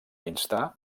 instar